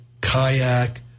kayak